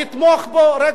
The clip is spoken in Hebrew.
נתמוך בו, לא יעבור.